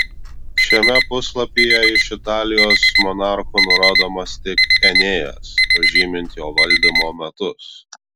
šiame puslapyje iš italijos monarchų nurodomas tik enėjas pažymint jo valdymo metus